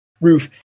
roof